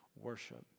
worship